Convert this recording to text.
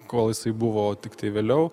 kol jisai buvo o tiktai vėliau